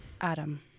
Adam